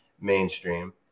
mainstream